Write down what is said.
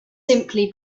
simply